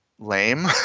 Lame